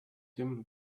him